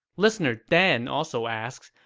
listener dan also asks,